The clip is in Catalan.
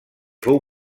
fou